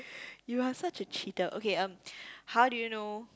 you are such a cheater okay um how do you know